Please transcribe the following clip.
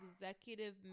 executive